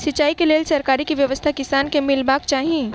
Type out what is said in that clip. सिंचाई केँ लेल सरकारी की व्यवस्था किसान केँ मीलबाक चाहि?